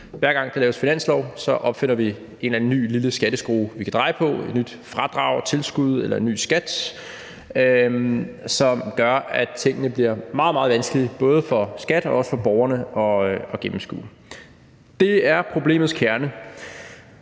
hver gang der laves finanslov, opfinder en eller anden ny lille skatteskrue, vi kan dreje på – et nyt fradrag eller tilskud eller en ny skat, som gør, at tingene bliver meget, meget vanskelige både for skatteforvaltningen og for borgerne at gennemskue. Det er problemets kerne.